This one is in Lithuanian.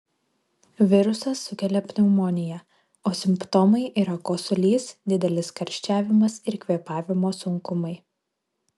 virusas sukelia pneumoniją o simptomai yra kosulys didelis karščiavimas ir kvėpavimo sunkumai